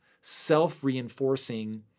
self-reinforcing